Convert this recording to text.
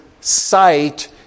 sight